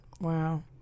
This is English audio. wow